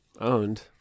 Owned